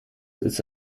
ist